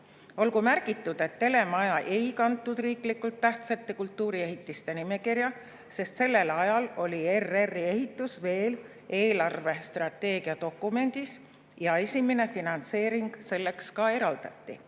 Olgu märgitud, et telemaja ei kantud riiklikult tähtsate kultuuriehitiste nimekirja, sest sellel ajal oli ERR‑i ehitus veel eelarve strateegiadokumendis ja esimene finantseering selleks ka eraldati.